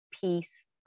peace